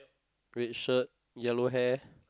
red shirt yellow hair